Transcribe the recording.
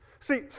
See